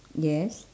yes